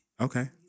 Okay